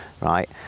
right